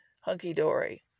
hunky-dory